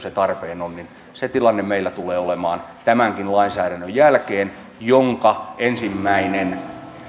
se tarpeen on se tilanne meillä tulee olemaan tämänkin lainsäädännön jälkeen jonka ensimmäinen